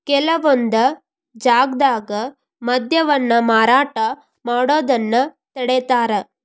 ಕೆಲವೊಂದ್ ಜಾಗ್ದಾಗ ಮದ್ಯವನ್ನ ಮಾರಾಟ ಮಾಡೋದನ್ನ ತಡೇತಾರ